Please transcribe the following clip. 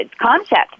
concept